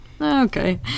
okay